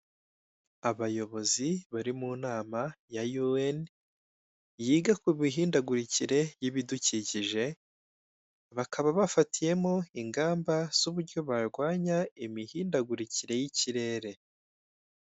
Abayobozi bari mu nama ya yuweni, yiga ku mihindagurikire y'ibidukikije, bakaba bafatiyemo ingamba z'uburyo barwanya imihindagurikire y'ikirere.